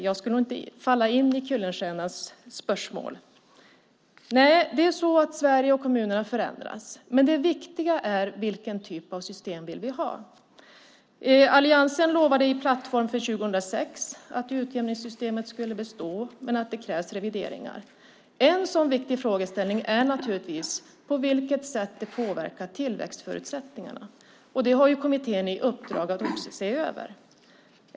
Jag skulle inte falla in i Kuylenstiernas spörsmål. Nej, Sverige och kommunerna förändras. Det viktiga är vilken typ av system vi vill ha. Alliansen lovade i plattform för 2006 att utjämningssystemet skulle bestå men menade att det krävs revideringar. En sådan viktig fråga är naturligtvis på vilket sätt det påverkar tillväxtförutsättningarna. Det har kommittén i uppdrag att se över.